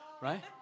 Right